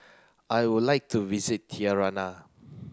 I would like to visit Tirana